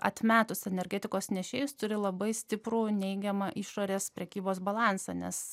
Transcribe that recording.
atmetus energetikos nešėjus turi labai stiprų neigiamą išorės prekybos balansą nes